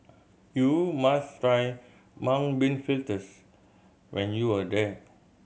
you must try Mung Bean Fritters when you are there